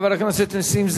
חבר הכנסת נסים זאב.